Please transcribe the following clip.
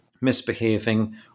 misbehaving